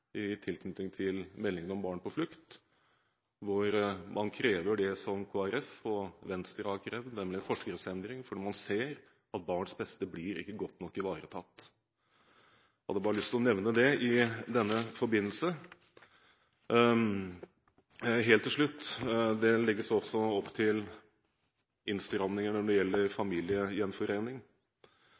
i tilknytning til meldingen om barn på flukt, hvor man krever det som Kristelig Folkeparti og Venstre har krevd, nemlig en forskriftsendring, fordi man ser at barns beste ikke blir godt nok ivaretatt. Jeg hadde bare lyst til å nevne det i denne forbindelse. Helt til slutt: Det legges også opp til innstramninger når det gjelder familiegjenforening.